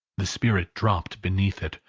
the spirit dropped beneath it,